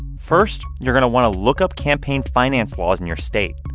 first, you're going to want to look up campaign finance laws in your state.